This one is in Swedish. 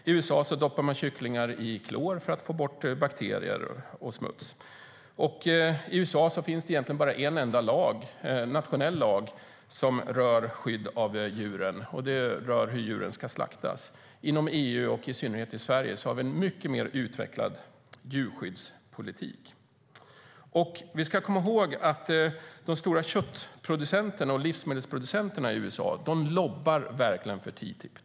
I USA doppar man kycklingar i klor för att få bort bakterier och smuts. I USA finns det egentligen bara en enda nationell lag som rör skydd av djuren, och den handlar om hur djuren ska slaktas. Inom EU, och i synnerhet i Sverige, har vi en mycket mer utvecklad djurskyddspolitik. Vi ska komma ihåg att de stora köttproducenterna och livsmedelsproducenterna i USA verkligen lobbar för TTIP.